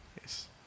yes